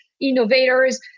Innovators